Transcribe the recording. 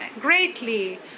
greatly